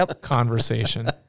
conversation